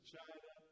China